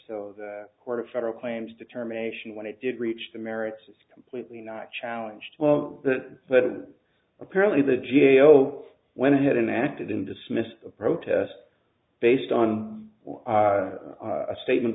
so the court of federal claims determination when it did reach the merits is completely not challenged well the but apparently the g a o went ahead and acted in dismissed a protest based on a statement